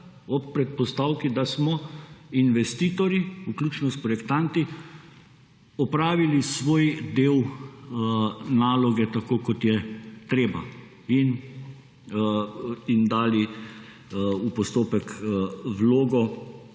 ob predpostavki, da smo investitorji vključno s projektanti opravili svoj del naloge, tako kot je treba, in dali v postopek vlogo,